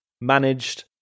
managed